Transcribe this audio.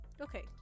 Okay